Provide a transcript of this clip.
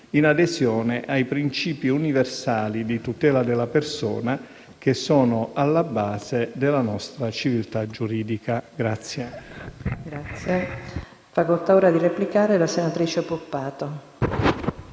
in adesione ai principi universali di tutela della persona, che sono alla base della nostra civiltà giuridica.